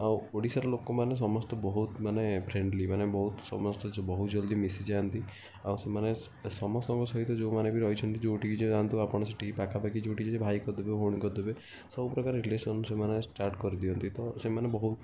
ଆଉ ଓଡ଼ିଶାର ଲୋକ ମାନେ ସମସ୍ତେ ବହୁତ ମାନେ ଫ୍ରେଣ୍ଡ୍ଲି ଆଉ ସେମାନେ ସମସ୍ତଙ୍କ ସହିତ ଯେଉଁମାନେ ବି ଯେଉଁଠି ବି ରହିଛନ୍ତି ଆପଣ ସେଇଠି ପାଖାପାଖି ସେଇଠି ଭାଇ କରିଦେବେ ଭଉଣୀ କରିଦେବେ ସବୁ ପ୍ରକାର ରିଲେସନ୍ ସେମାନେ ସ୍ଟାର୍ଟ୍ କରିଦିଅନ୍ତି ତ ସେମାନେ ବହୁତ